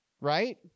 right